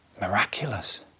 Miraculous